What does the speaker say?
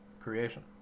creation